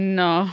no